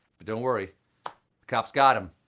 but don't worry, the cops got um